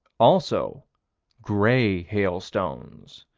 also gray hailstones.